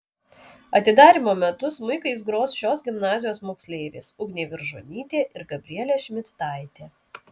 atidarymo metu smuikais gros šios gimnazijos moksleivės ugnė viržonytė ir gabrielė šmidtaitė